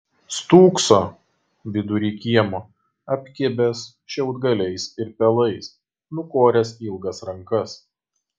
stūkso vidury kiemo apkibęs šiaudgaliais ir pelais nukoręs ilgas rankas